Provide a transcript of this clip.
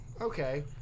okay